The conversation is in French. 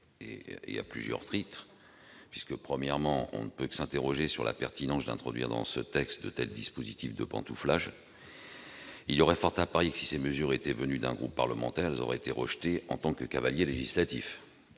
à plusieurs titres. Premièrement, on ne peut que s'interroger sur la pertinence de l'introduction dans ce texte de tels dispositifs de pantouflage. Il y a fort à parier que, si ces mesures avaient été proposées par un groupe parlementaire, elles auraient été rejetées en tant que cavaliers législatifs.